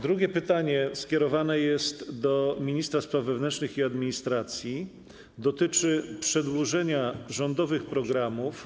Drugie pytanie skierowane jest do ministra spraw wewnętrznych i administracji i dotyczy przedłużenia rządowych programów.